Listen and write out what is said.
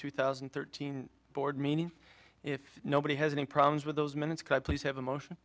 two thousand and thirteen board meaning if nobody has any problems with those minutes please have a motion